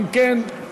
אם כן,